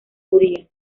judía